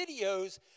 videos